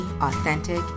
authentic